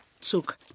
took